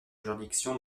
juridiction